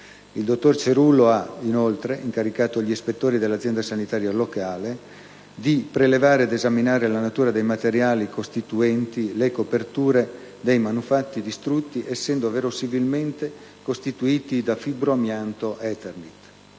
Il dottor Cerullo ha, inoltre, incaricato gli ispettori dell'azienda sanitaria locale di prelevare ed esaminare la natura dei materiali costituenti le coperture dei manufatti distrutti essendo verosimilmente costituiti di fibroamianto-eternit.